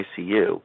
ICU